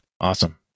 Awesome